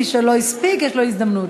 מי שלא הספיק, יש לו הזדמנות.